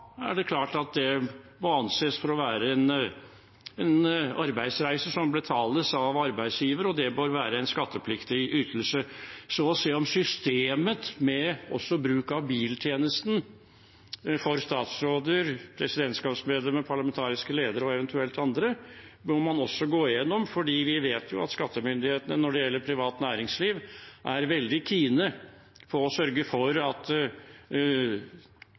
det anses for å være en arbeidsreise som betales av arbeidsgiver, og det bør være en skattepliktig ytelse. Så systemet med bruk av biltjeneste for statsråder, presidentskapsmedlemmer, parlamentariske ledere og eventuelt andre bør man også gå gjennom fordi vi vet at skattemyndighetene når det gjelder privat næringsliv, er veldig keene på at det skal betales skatt av skattepliktige ytelser fra arbeidsgiver til arbeidstaker. Jeg håper at